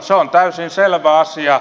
se on täysin selvä asia